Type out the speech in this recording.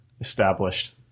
Established